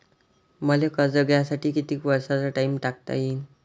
मले कर्ज घ्यासाठी कितीक वर्षाचा टाइम टाकता येईन?